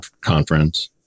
conference